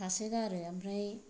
थासोगारो ओमफ्राय